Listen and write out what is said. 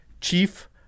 Chief